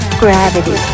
Gravity